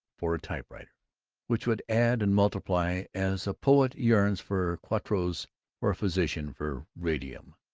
for a typewriter which would add and multiply, as a poet yearns for quartos or a physician for radium.